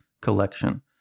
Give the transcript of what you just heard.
Collection